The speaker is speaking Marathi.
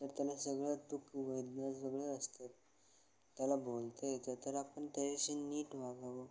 तर त्याला सगळं सगळं असतं त्याला बोलता येतं तर आपण त्याच्याशी नीट वागावं